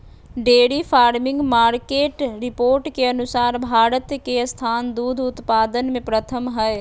dairy farming market report के अनुसार भारत के स्थान दूध उत्पादन में प्रथम हय